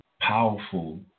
powerful